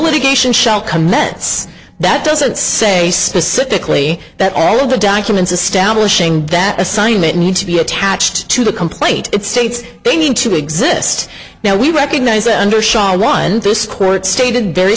litigation shall commence that doesn't say specifically that all of the documents establishing that assignment need to be attached to the complete it states they need to exist now we recognize that under sharia law in this court stated very